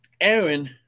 Aaron